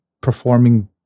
performing